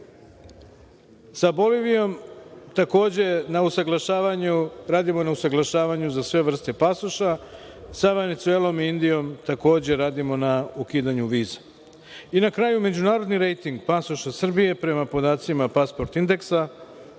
Sa Bolivijom takođe radimo na usaglašavanju za sve vrste pasoša, sa Venecuelom i Indijom takođe radimo na ukidanju viza. Na kraju, međunarodni rejting pasoša Srbije. Prema podacima Passport Index-a,